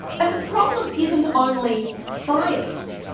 and the problem isn't only bias.